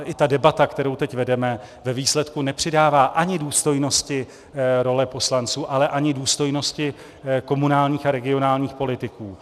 I ta debata, kterou teď vedeme, ve výsledku nepřidává ani důstojnosti roli poslanců, ale ani důstojnosti komunálním a regionálním politikům.